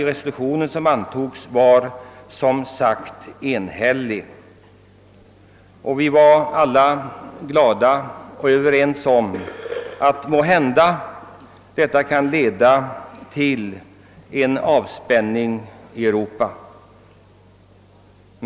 Resolutionen antogs som sagt enhälligt och vi var alla glada och överens om att den måhända skulle kunna leda till en avspänning i Europa.